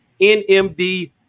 NMD